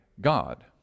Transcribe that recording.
God